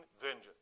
vengeance